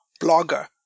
blogger